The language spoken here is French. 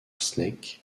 snake